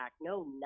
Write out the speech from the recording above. no